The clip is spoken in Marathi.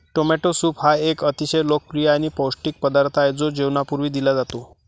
टोमॅटो सूप हा एक अतिशय लोकप्रिय आणि पौष्टिक पदार्थ आहे जो जेवणापूर्वी दिला जातो